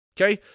Okay